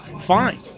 fine